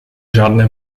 žádné